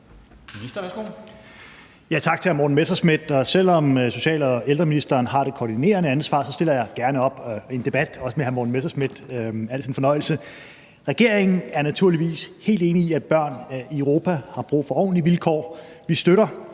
Tak til hr. Morten Messerschmidt. Selv om social- og ældreministeren har det koordinerende ansvar, stiller jeg gerne op i en debat, også med hr. Morten Messerschmidt – det er altid en fornøjelse. Regeringen er naturligvis helt enig i, at børn i Europa har brug for ordentlige vilkår. Vi støtter